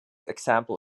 example